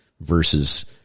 versus